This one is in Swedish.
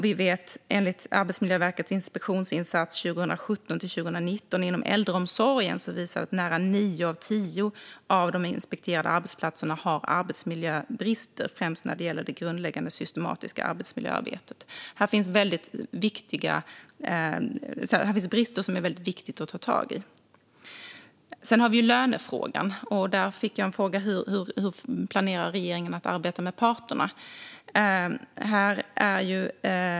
Vi vet från Arbetsmiljöverkets inspektionsinsats 2017-2019 inom äldreomsorgen att nära nio av tio av de inspekterade arbetsplatserna har arbetsmiljöbrister, främst när det gäller det grundläggande systematiska arbetsmiljöarbetet. Här finns brister som det är väldigt viktigt att ta tag i. Så har vi lönefrågan. Där fick jag en fråga om hur regeringen planerar att arbeta med parterna.